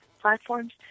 platforms